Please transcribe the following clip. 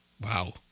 Wow